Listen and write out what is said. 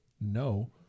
no